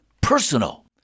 personal